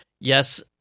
yes